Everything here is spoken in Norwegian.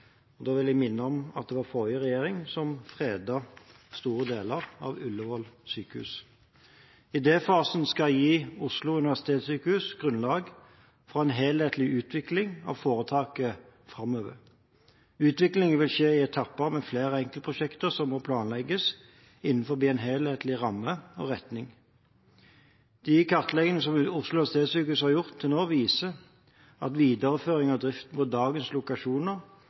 sykehusdrift. Da vil jeg minne om at det var den forrige regjeringen som fredet store deler av Ullevål sykehus. Idéfaseplanen skal gi Oslo universitetssykehus grunnlag for en helhetlig utvikling av foretaket framover. Utviklingen vil skje i etapper med flere enkeltprosjekter som må planlegges innenfor en helhetlig ramme og retning. De kartlegginger som Oslo universitetssykehus har gjort til nå, viser at videreføring av drift på dagens lokasjoner